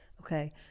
Okay